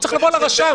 הוא צריך לבוא לרשם.